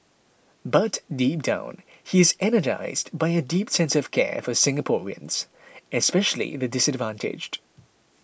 but deep down he is energised by a deep sense of care for Singaporeans especially the disadvantaged